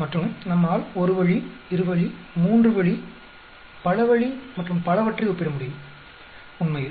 மற்றும் நம்மால் ஒரு வழி இரு வழி மூன்று வழி பல வழி மற்றும் பலவற்றை ஒப்பிட முடியும் உண்மையில்